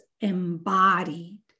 embodied